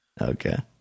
Okay